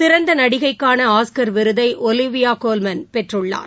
சிறந்த நடிக்கைகான ஆஸ்கர் விருதை ஒலிவியா கோல்மன் பெற்றுள்ளார்